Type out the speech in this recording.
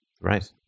right